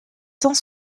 cent